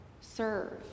serve